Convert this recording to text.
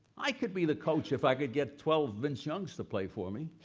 i could be the coach if i could get twelve vince young's to play for me.